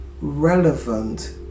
relevant